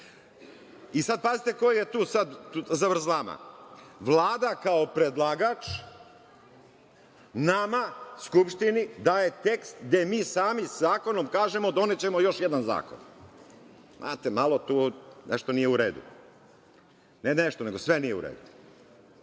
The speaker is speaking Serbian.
pazite koja je tu zavrzlama. Vlada kao predlagač, nama, Skupštini, daje tekst gde mi sami zakonom kažemo donećemo još jedan zakon. Znate, tu malo tu nešto nije u redu. Ne nešto, nego sve nije u redu.